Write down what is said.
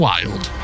Wild